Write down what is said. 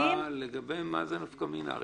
לגבי מה זה נפקא מינה?